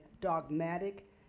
dogmatic